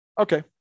okay